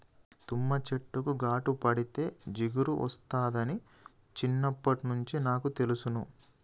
తుమ్మ చెట్టుకు ఘాటు పెడితే జిగురు ఒస్తాదని చిన్నప్పట్నుంచే నాకు తెలుసును